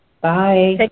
Bye